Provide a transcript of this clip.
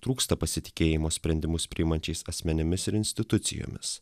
trūksta pasitikėjimo sprendimus priimančiais asmenimis ir institucijomis